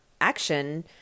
action